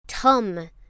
Tum